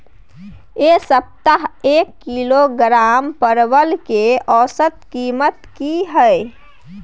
ऐ सप्ताह एक किलोग्राम परवल के औसत कीमत कि हय?